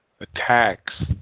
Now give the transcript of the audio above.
attacks